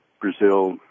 Brazil